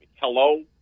Hello